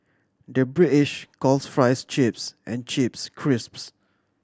the British calls fries chips and chips crisps